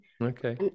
Okay